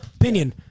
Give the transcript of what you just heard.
Opinion